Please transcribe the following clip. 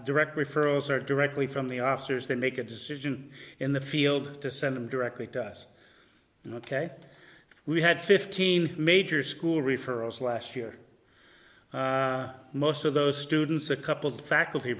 direct referrals or directly from the officers they make a decision in the field to send them directly to us we had fifteen major school referrals last year most of those students a couple of faculty